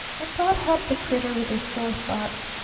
and god help the crittur with a sore thought!